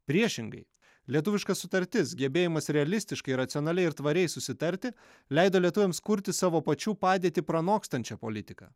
priešingai lietuviška sutartis gebėjimas realistiškai racionaliai ir tvariai susitarti leido lietuviams kurti savo pačių padėtį pranokstančią politiką